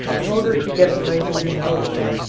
in order to get the nitrogen out of it,